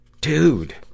Dude